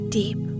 deep